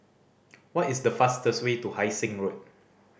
what is the fastest way to Hai Sing Road